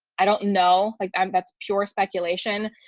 i don't know like i'm that's pure speculation.